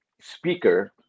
speaker